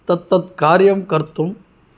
तत्तत् कार्यं कर्तुं